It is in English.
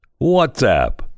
WhatsApp